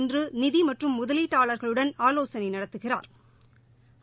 இன்று நிதி மற்றும் முதலீட்டாளா்களுடன் ஆவோசனை நடத்துகிறாா்